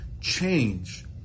change